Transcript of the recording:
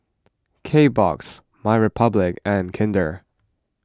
Kbox MyRepublic and Kinder